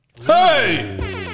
Hey